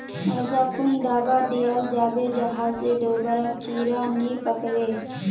ऐसा कुन दाबा दियाल जाबे जहा से दोबारा कीड़ा नी पकड़े?